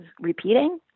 repeating